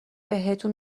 بهتون